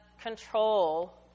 control